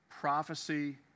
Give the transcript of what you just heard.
prophecy